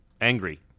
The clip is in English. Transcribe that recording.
Angry